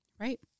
Right